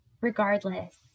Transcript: regardless